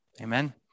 amen